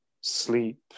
sleep